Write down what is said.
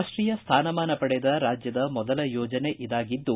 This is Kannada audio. ರಾಷ್ಟೀಯ ಸ್ಥಾನಮಾನ ಪಡೆದ ರಾಜ್ಯದ ಮೊದಲ ಯೋಜನೆ ಇದಾಗಿದ್ದು